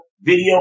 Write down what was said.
video